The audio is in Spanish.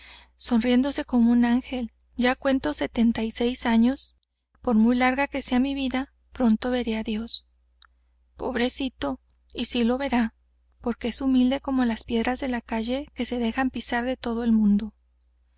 sonriéndose como un ángel ya cuento setenta y seis años por muy larga que sea mi vida pronto veré á dios pobrecito y sí lo verá porque es humilde como las piedras de la calle que se dejan pisar de todo el mundo